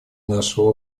нашего